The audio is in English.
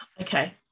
Okay